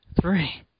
three